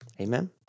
Amen